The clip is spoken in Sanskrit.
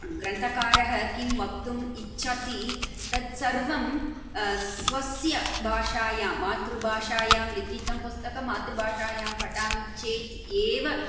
ग्रन्थकारः किं वक्तुम् इच्छति तत्सर्वं स्वस्य भाषायां मातृभाषायां लिखितं पुस्तकं मातृभाषायां पठामि चेत् एव